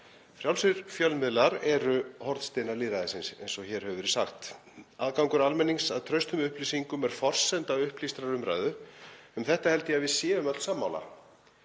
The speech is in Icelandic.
Frjálsir fjölmiðlar eru hornsteinar lýðræðisins eins og hér hefur verið sagt. Aðgangur almennings að traustum upplýsingum er forsenda upplýstrar umræðu. Um þetta held ég að við séum öll sammála.